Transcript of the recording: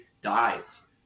dies